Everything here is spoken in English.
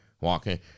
walking